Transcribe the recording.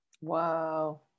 Wow